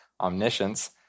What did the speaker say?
omniscience